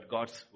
God's